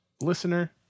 listener